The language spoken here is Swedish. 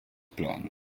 plan